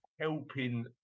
helping